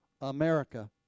America